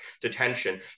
detention